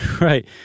Right